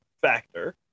factor